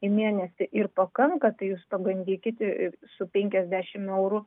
į mėnesį ir pakanka tai jūs pabandykite ir su penkiasdešim eurų